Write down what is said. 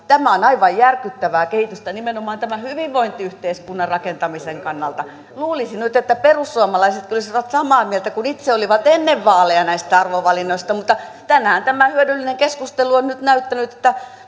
tämä on aivan järkyttävää kehitystä nimenomaan tämän hyvinvointiyhteiskunnan rakentamisen kannalta luulisi nyt että perussuomalaiset olisivat samaa mieltä kuin itse olivat ennen vaaleja näistä arvovalinnoista mutta tänään tämä hyödyllinen keskustelu on nyt näyttänyt